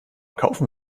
kaufen